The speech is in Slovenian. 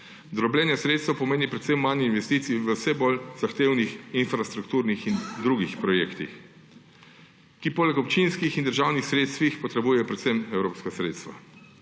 Drobljenje sredstev pomeni predvsem manj investicij v vse bolj zahtevnih infrastrukturnih in drugih projektih, ki poleg občinskih in državnih sredstev potrebujejo predvsem evropska sredstva.